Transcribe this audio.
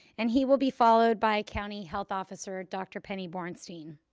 and he will be followed by county health officer dr. penny borenstein.